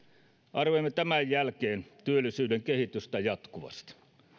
arvioimme tämän jälkeen työllisyyden kehitystä jatkuvasti